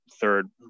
third